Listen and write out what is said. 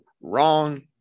Wrong